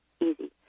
easy